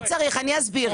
אני אסביר.